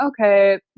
okay